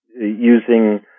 using